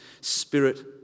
spirit